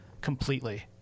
completely